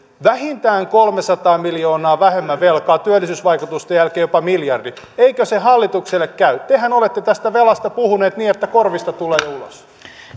vähintään kolmesataa miljoonaa vähemmän velkaa työllisyysvaikutusten jälkeen jopa miljardi eikö se hallitukselle käy tehän olette tästä velasta puhuneet niin että korvista tulee jo ulos